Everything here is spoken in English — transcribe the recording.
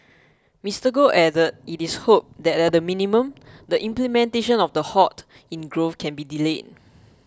Mister Goh added it is hoped that at the minimum the implementation of the halt in growth can be delayed